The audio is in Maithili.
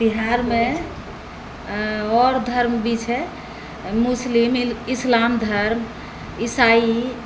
बिहारमे आओर धर्म भी छै मुस्लिम इस्लाम धर्म ईसाई